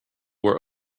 were